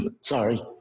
Sorry